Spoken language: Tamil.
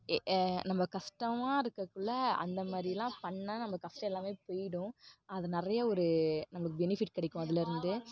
எ நம்ம கஷ்டமாக இருக்கக்குள்ளே அந்த மாதிரிலாம் பண்ணால் நம்ம கஷ்டம் எல்லாமே போய்டும் அது நிறைய ஒரு நம்மளுக்கு பெனிஃபிட் கிடைக்கும் அதில் இருந்து